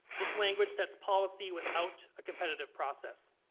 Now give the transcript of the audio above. this language sets policy without competitor process.